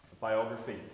biography